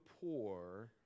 poor